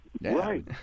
Right